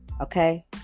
Okay